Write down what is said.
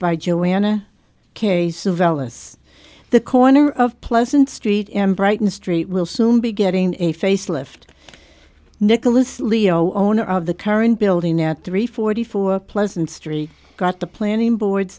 by joanna case of ellis the corner of pleasant street in brighton street will soon be getting a facelift nicholas leo owner of the current building at three forty four pleasant street got the planning boards